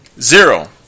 Zero